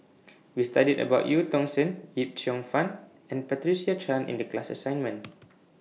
We studied about EU Tong Sen Yip Cheong Fun and Patricia Chan in The class assignment